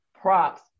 props